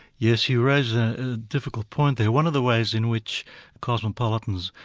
yes, you raise a difficult point there. one of the ways in which cosmopolitans,